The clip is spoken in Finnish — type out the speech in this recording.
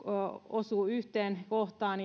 osuu yhteen kohtaan